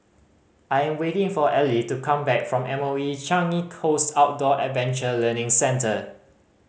I am waiting for Ely to come back from M O E Changi Coast Outdoor Adventure Learning Centre